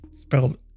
spelled